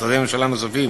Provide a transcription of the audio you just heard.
משרדי ממשלה נוספים,